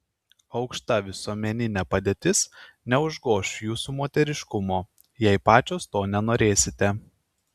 aukšta visuomeninė padėtis neužgoš jūsų moteriškumo jei pačios to nenorėsite